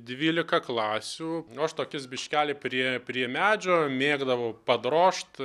dvylika klasių nu aš tokius biškelį prie prie medžio mėgdavau padrožt